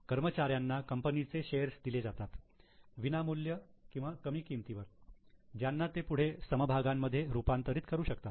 कर्मचाऱ्यांना कंपनीचे शेअर्स दिले जातात विनामूल्य किंवा कमी किमतीवर ज्यांना ते पुढे समभागांमध्ये रूपांतरित करू शकतात